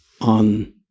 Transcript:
on